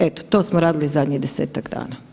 Eto to smo radili zadnjih 10-tak dana.